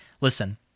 listen